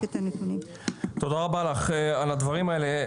תודה רבה לך על הדברים האלה.